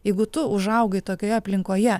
jeigu tu užaugai tokioje aplinkoje